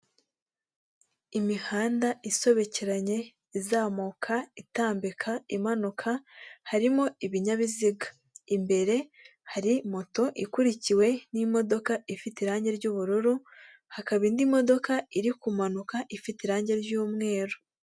Imihanda isobekeranye izamuka, itambika, imanuka harimo ibinyabiziga. Imbere hari moto ikurikiwe n'imodoka ifite irangi ry'ubururu hakaba indi modoka iri kumanuka ifite irangi ry'umweru.